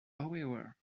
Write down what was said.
however